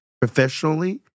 professionally